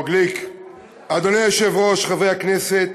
אדוני היושב-ראש, חברי הכנסת,